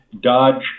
Dodge